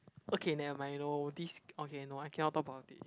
okay never mind no this okay no I cannot talk about it